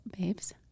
babes